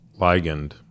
ligand